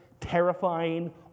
terrifying